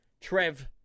trev